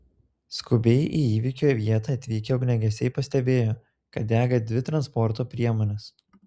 skubiai į įvykio vietą atvykę ugniagesiai pastebėjo kad dega dvi transporto priemonės